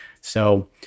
So-